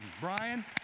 Brian